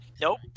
Nope